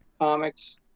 comics